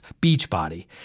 Beachbody